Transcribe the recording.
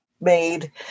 made